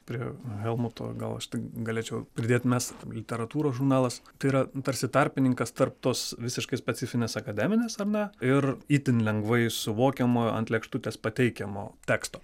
prie helmuto gal aš tik galėčiau pridėt mes literatūros žurnalas tai yra tarsi tarpininkas tarp tos visiškai specifinės akademinės ar ne ir itin lengvai suvokiamo ant lėkštutės pateikiamo teksto